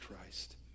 Christ